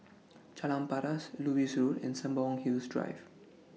Jalan Paras Lewis Road and Sembawang Hills Drive